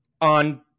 on